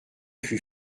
fut